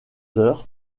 heures